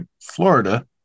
Florida